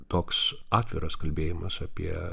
toks atviras kalbėjimas apie